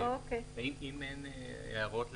נצביע על